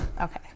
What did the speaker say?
Okay